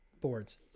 boards